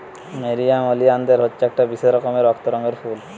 nerium oleander হচ্ছে একটা বিশেষ রকমের রক্ত রঙের ফুল